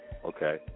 Okay